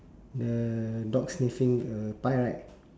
the dog sniffing a pie right